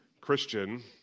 Christian